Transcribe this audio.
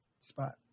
spot